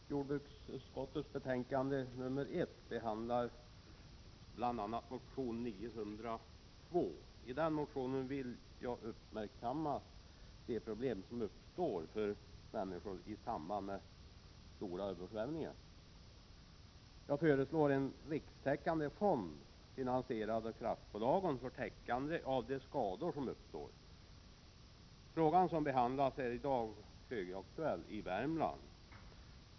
Fru talman! Jordbruksutskottets betänkande 1 behandlar bl.a. motion 902. I den motionen vill jag uppmärksamma de problem som uppstår för människor i samband med stora översvämningar. Jag föreslår en rikstäckande fond finansierad av kraftbolagen för täckande av kostnaden för de skador som uppstår. Den fråga som behandlas är i dag högaktuell i Värmland.